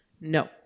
no